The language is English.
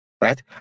Right